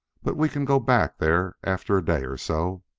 but we can go back there after a day or so.